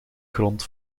grond